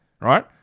Right